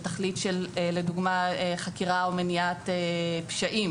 לתכלית של לדוגמה חקירה או מניעת פשעים